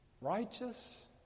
righteous